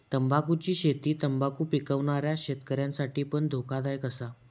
तंबाखुची शेती तंबाखु पिकवणाऱ्या शेतकऱ्यांसाठी पण धोकादायक असा